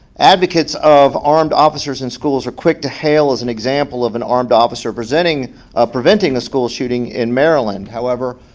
advocates of armed officers and schools are quick to hail as an example of an armed officer presenting preventing a school shooting in maryland. however,